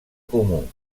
comú